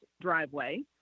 driveway